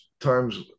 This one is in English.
times